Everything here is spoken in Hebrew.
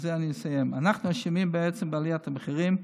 ובזה אני אסיים: אנחנו אשמים בעצם בעליית המחירים.